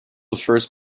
first